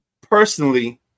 Personally